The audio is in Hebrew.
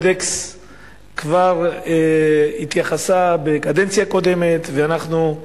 כבר התייחסה בקדנציה הקודמת לחלק מהקודקס, ואנחנו,